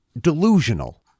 delusional